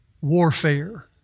warfare